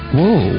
Whoa